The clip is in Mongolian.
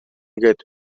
гээд